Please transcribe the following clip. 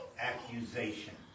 accusation